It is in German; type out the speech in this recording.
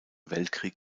weltkrieg